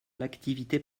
l’activité